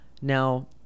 now